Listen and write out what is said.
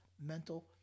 mental